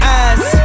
eyes